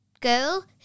girl